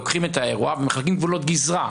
לוקחים את האירוע ומחלקים גבולות גזרה.